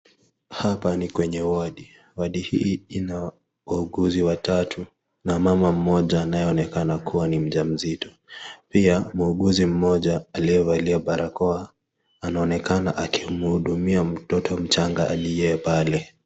Hapa ni kwenye wadi. Wadi hii ina wauguzi watatu na mama mmoja anayeonekana kuwa ni mjamzito. Pia mhuguzi mmoja aliyevalia barakoa anaonekana akimhudumia mtoto mchanga aliye pale.